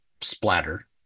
splatter